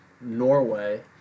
Norway